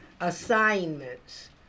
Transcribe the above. assignments